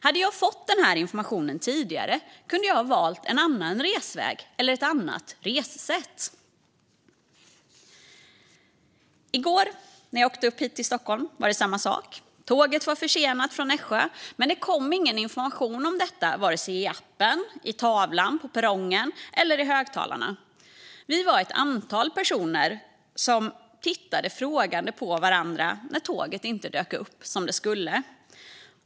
Hade jag fått den här informationen tidigare kunde jag ha valt en annan resväg eller ett annat ressätt. I går när jag åkte upp hit till Stockholm var det samma sak. Tåget var försenat från Nässjö, men det kom ingen information om detta vare sig i appen, på tavlan på perrongen eller i högtalarna. Vi var ett antal personer som tittade frågande på varandra när tåget inte dök upp som det skulle.